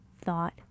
thought